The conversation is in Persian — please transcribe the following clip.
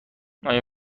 آیا